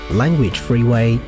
.languagefreeway